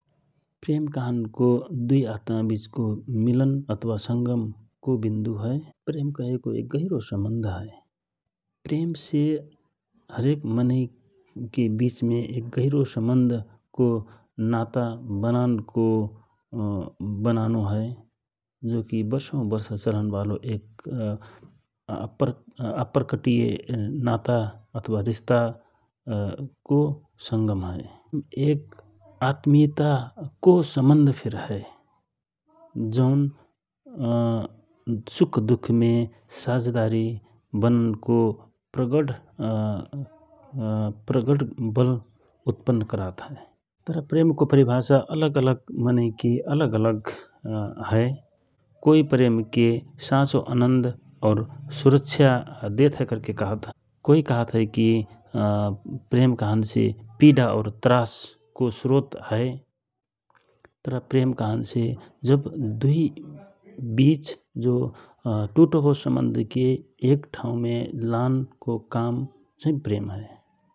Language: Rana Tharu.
प्रेम कहनको दुइ आत्मा विचको मिलन अथवा संगम को विन्दु हए । प्रेम कहेक गहिरो सम्बन्ध हए । प्रेमसे हरेक मनैक बिचमे गहिरो सम्बन्धको नाता बनानो हए ।जो कि वर्सौ बर्ष चलनबारो एक अप्रकटिय नाता अथवा रिस्ताको संगम हए । आत्मियताको सम्बन्ध फिर हए । जौन सुख दुख मे सझेदारी बननको प्रगढ वल उत्पन्न करात हए तर प्रेमको परभाषा अलग अलग मनैके अलग अलग हए । कोइ प्रेमके साँचो अन्द और सुरक्षा देत हए करके कहत हए । कोइ कहत हए कि प्रेम कहनसे पिडा और त्रासको स्रोत हए तर प्रेम कहनसे जब दुइ जनै विच टुटो भव सम्बन्धके एक ठाउमे लान को काम प्रेम हए ।